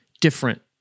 different